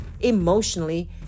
emotionally